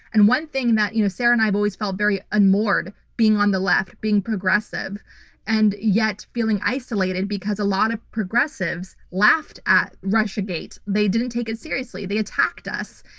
and one thing that you know sarah and i have always felt very unmoored being on the left, being progressive and yet feeling isolated because a lot of progressives laughed at russiagate. they didn't take it seriously. they attacked us.